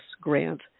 Grant